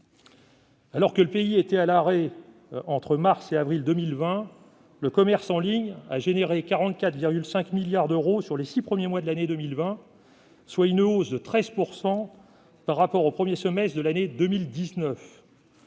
Alors que le pays était à l'arrêt entre mars et avril derniers, le commerce en ligne a généré 44,5 milliards d'euros sur les six premiers mois de l'année 2020, soit une hausse de 13 % par rapport au premier semestre de l'année 2019.